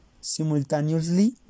simultaneously